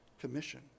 commission